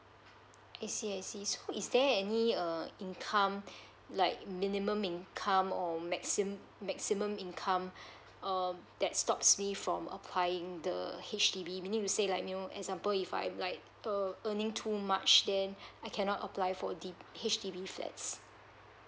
I see I see so is there any uh income like minimum income or maxim~ maximum income um that stops me from applying the H_D_B meaning to say like you know example if I'm like err earning too much then I cannot apply for the H_D_B flats